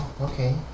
Okay